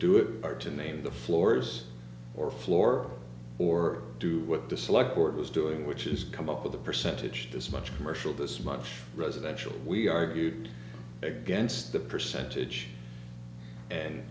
do it are to name the floors or floor or do with the select board was doing which is come up with a percentage as much commercial this much residential we argued against the percentage and